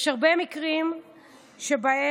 יש הרבה מקרים שבהם